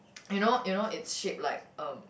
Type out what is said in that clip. you know you know it's shaped like um